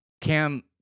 Cam